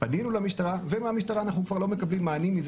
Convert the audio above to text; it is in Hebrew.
פנינו למשטרה ומהמשטרה אנחנו כבר לא מקבלים מענים מזה